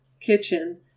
kitchen